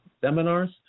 seminars